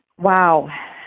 Wow